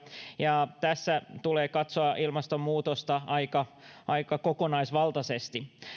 ja tässä tulee katsoa ilmastonmuutosta kokonaisvaltaisesti